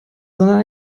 sondern